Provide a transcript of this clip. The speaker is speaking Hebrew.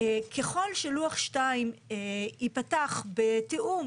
ככל שלוח2 ייפתח בתיאום,